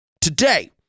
today